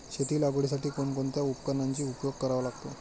शेती लागवडीसाठी कोणकोणत्या उपकरणांचा उपयोग करावा लागतो?